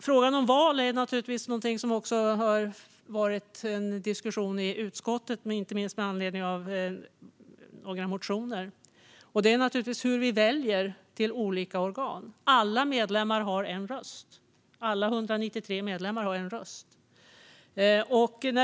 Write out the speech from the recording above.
Frågan om val har också diskuterats i utskottet med anledning av några motioner. Det handlar om hur vi väljer till olika organ. Alla 193 medlemmar har en röst.